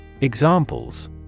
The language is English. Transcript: Examples